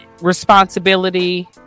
responsibility